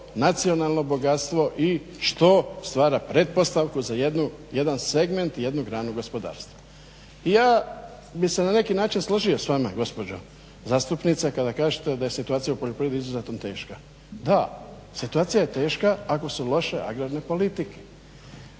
nacionalno bogatstvo i što stvara pretpostavku za jedan segment, jednu granu gospodarstva. I ja bih se na neki način složio s vama gospođo zastupnice kada kažete da je situacija u poljoprivredi izuzetno teška. Da, situacija je teška ako su loše agrarne politike.